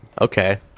Okay